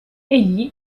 egli